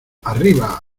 arriba